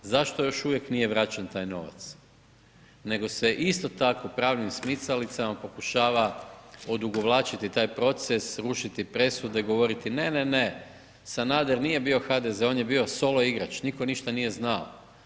Zašto još uvijek nije vraćen novac nego se isto tako pravnim smicalicama pokušava odugovlačiti taj proces, rušiti presude, govoriti ne, ne, ne, Sanader nije bio HDZ, on je bio igrač, nitko ništa nije znao.